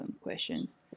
questions